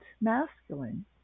masculine